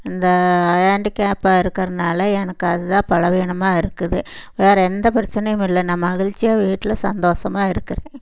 இந்த ஹாண்டிக்கேப்பா இருக்கறதனால எனக்கு அது தான் பலவீனமா இருக்குது வேற எந்த பிரச்சனையும் இல்லை நான் மகிழ்ச்சியாக வீட்டில் சந்தோஷமா இருக்கிறேன்